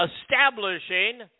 establishing